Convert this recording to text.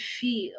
feel